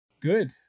Good